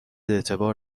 اعتبار